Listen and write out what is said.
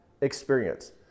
experience